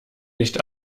nicht